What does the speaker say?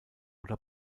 oder